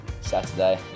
Saturday